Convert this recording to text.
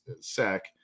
sec